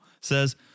says